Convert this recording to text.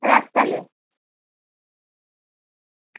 রাখ তাহলে